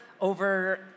over